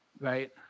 right